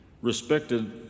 respected